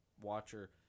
watcher